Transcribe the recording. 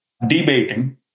debating